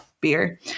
beer